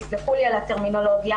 תסלחו לי על הטרמינולוגיה.